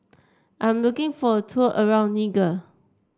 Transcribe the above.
I'm looking for a tour around Niger